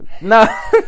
No